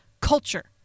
culture